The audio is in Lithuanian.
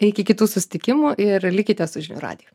iki kitų susitikimų ir likite su žinių radiju